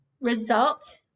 Result